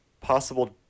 possible